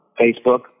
Facebook